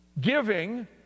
Giving